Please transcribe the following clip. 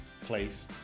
place